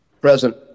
Present